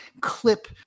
clip